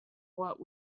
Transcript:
what